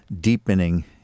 deepening